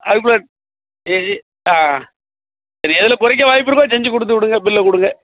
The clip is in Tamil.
சரி சரி எதில் குறைக்க வாய்ப்பு இருக்கோ செஞ்சு கொடுத்து விடுங்கள் பில்லை கொடுங்க